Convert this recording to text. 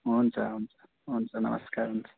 हुन्छ हुन्छ हुन्छ नमस्कार हुन्छ